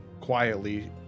quietly